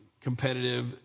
competitive